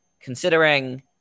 considering